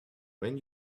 when